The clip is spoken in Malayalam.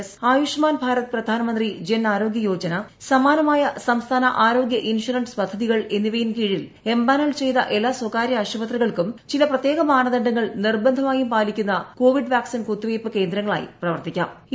എസ് ആയുഷ്ട്മാൻ ഭാരത് പ്രധാനമന്ത്രി ജൻ ആരോഗ്യ യോജന സമാനമായ സ്കാസ്ട്രാന ആരോഗ്യ ഇൻഷുറൻസ് പദ്ധതികൾ എന്നിവയ്ക്കിൻ ക്ടീഴിൽ എംപാനൽ ചെയ്ത എല്ലാ സ്ഥകാര്യ ആശുപത്രികൾക്കുർ ചില പ്രത്യേക മാനദണ്ഡങ്ങൾ നിർബന്ധമായും പാലിക്കുന്ന ക്ട്ക്ോവി്ഡ് വാക്സിൻ കുത്തിവയ്പ്പ് കേന്ദ്രങ്ങളായി പ്രവർത്തിക്കാറ്റ്